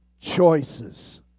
choices